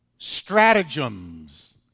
stratagems